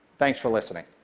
thanks for listening.